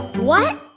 what!